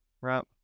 right